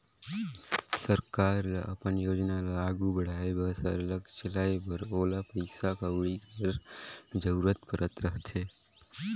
सरकार ल अपन योजना ल आघु बढ़ाए बर सरलग चलाए बर ओला पइसा कउड़ी कर जरूरत परत रहथे